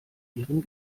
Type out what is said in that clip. ihren